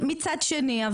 מצד שני,